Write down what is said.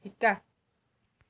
শিকা